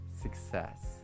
success